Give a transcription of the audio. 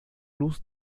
luz